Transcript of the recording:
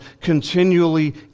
continually